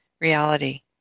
reality